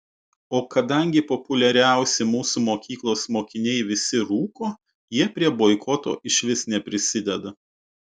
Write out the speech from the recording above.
o kadangi populiariausi mūsų mokyklos mokiniai visi rūko jie prie boikoto išvis neprisideda